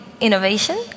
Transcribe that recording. innovation